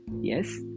Yes